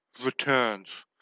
returns